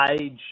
age